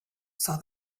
saw